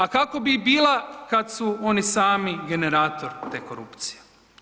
A kako bi i bila kad su oni sami generator te korupcije.